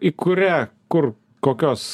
į kurią kur kokios